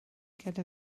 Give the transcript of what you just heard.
gyda